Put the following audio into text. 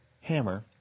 hammer